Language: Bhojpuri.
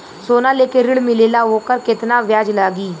सोना लेके ऋण मिलेला वोकर केतना ब्याज लागी?